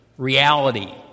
Reality